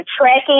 tracking